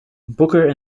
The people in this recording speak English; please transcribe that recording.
booker